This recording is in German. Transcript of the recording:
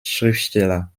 schriftsteller